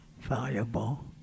valuable